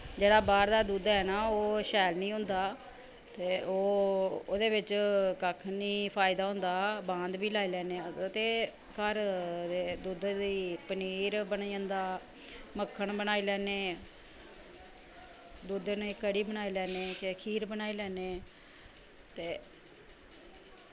जेह्ड़ा बाह्र दा दुद्ध ऐ ना ओह् शैल निं होंदा ते ओह् ओह्दे बिच कक्ख निं फायदा होंदा ते बांद बी लाई लैन्ने आं ते घर दे दुद्धै दी पनीर बनी जंदा मक्खन बनाई लैन्ने दुद्धै नै कढ़ी बनाई लैन्ने खीर बनाई लैन्ने ते